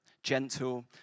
Gentle